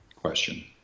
question